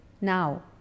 now